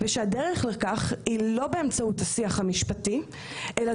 ושהדרך לכך היא לא באמצעות השיח המשפטי אלא